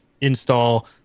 install